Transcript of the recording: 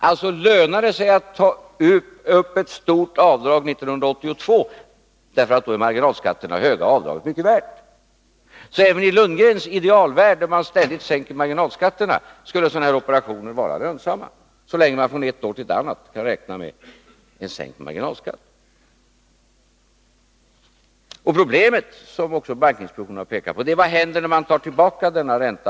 Alltså lönar det sig att ta upp stort avdrag 1982 — därför att marginalskatterna då är höga och avdraget mycket värt. Även i Bo Lundgrens idealvärld, där marginalskatterna ständigt sänks, skulle sådana här operationer vara lönsamma — så länge man från ett år till ett annat kan räkna med sänkta marginalskatter. Problemet, som också bankinspektionen har pekat på, är vad som händer när man tar tillbaka denna ränta.